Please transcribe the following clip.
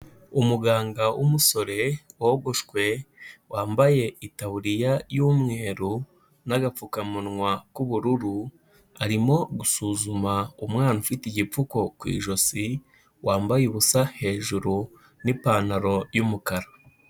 Umuganga w'umusore wogoshwe, wambaye itaburiya y'umweru n'agapfukamunwa k'ubururu, arimo gusuzuma umwana ufite igipfuko ku ijosi, wambaye ubusa hejuru n'ipantaro y'umukara.